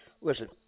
listen